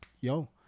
yo